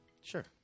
Sure